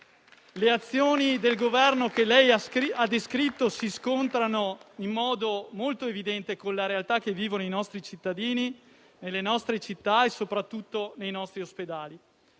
Le azioni del Governo che ha descritto si scontrano in modo molto evidente con la realtà che vivono i nostri cittadini nelle nostre città e, soprattutto, nei nostri ospedali.